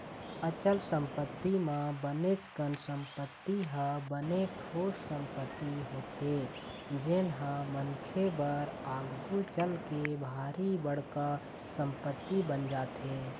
अचल संपत्ति म बनेच कन संपत्ति ह बने ठोस संपत्ति होथे जेनहा मनखे बर आघु चलके भारी बड़का संपत्ति बन जाथे